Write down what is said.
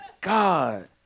God